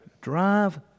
drive